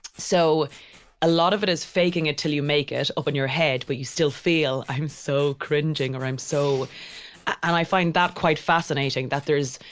so a lot of it is faking it till you make it up in your head, but you still feel, i'm so cringing or i'm so, and i find that quite fascinating that there's,